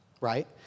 right